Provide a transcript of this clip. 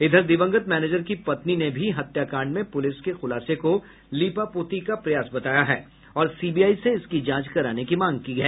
इधर दिवंगत मैनेजर की पत्नी ने भी हत्याकांड में पुलिस के खुलासे को लीपापोती का प्रयास बताया है और सीबीआई से इसकी जांच कराने की मांग की है